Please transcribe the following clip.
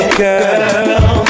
girl